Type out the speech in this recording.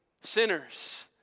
sinners